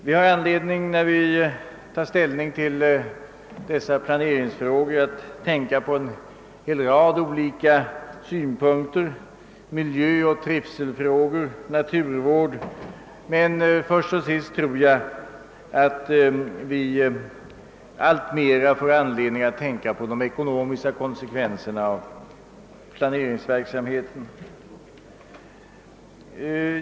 Vi har när vi tar ställning till dessa planeringsfrågor anledning att ta hänsyn till en hel rad olika synpunkter, såsom miljöoch trivselfrågor och naturvård. Men först och sist tror jag att vi alltmera behöver tänka på de ekonomiska konsekvenserna av planeringsverksamheten.